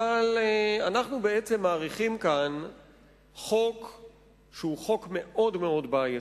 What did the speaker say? אבל אנחנו בעצם מאריכים כאן תוקף של חוק שהוא חוק מאוד מאוד בעייתי.